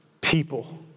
people